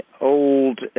old